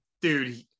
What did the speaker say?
Dude